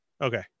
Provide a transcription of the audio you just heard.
okay